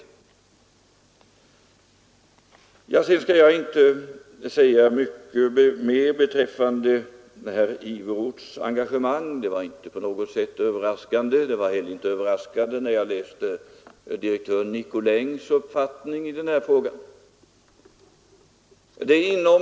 Sedan skall jag inte säga mycket mer beträffande herr Iveroths engagemang. Det var inte på något sätt överraskande. Det var heller inte överraskande när jag läste direktör Nicolins uppfattning i den här frågan.